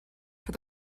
for